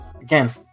again